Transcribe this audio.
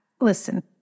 listen